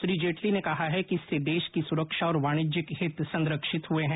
श्री जेटली ने कहा है कि इससे देश की सुरक्षा और वाणिज्यिक हित संरक्षित हुए है